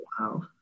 Wow